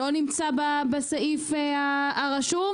לא נמצא בסעיף הרשום,